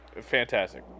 fantastic